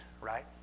right